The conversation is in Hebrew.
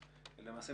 ולצערי,